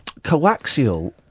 coaxial